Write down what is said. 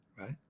right